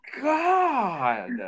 God